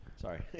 Sorry